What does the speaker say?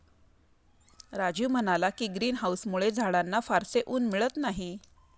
राजीव म्हणाला की, ग्रीन हाउसमुळे झाडांना फारसे ऊन मिळत नाही